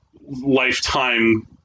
lifetime